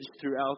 throughout